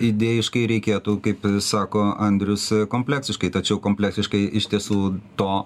idėjiškai reikėtų kaip sako andrius kompleksiškai tačiau kompleksiškai iš tiesų to